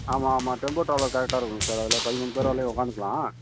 ஆமாம் ஆமாம் tempo traveller கரெக்டாக இருக்கும் சார் அதில் பதிமூணு பேர் வரையிலும் உட்காந்துக்கலாம்